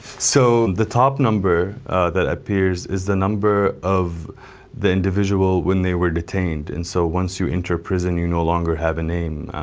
so, the top number that appears is the number of the individual when they were detained, and so once you enter prison, you no longer have a name.